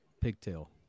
pigtail